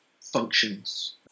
functions